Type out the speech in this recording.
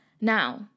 Now